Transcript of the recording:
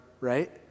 right